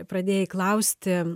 pradėjai klausti